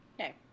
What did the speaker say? Okay